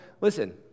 listen